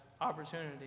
opportunity